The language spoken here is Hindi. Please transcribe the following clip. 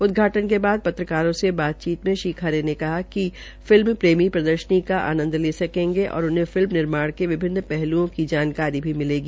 उदघाटन के बाद पत्रकारों से बातचीत में श्री खरे ने कहा कि फिल्म प्रेमी प्रदर्शनी का आंनद ले सकेंगे और उन्हें फिल्म निर्माण के विभिन्न पहलुओं की जानकारी भी मिलेगी